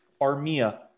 Armia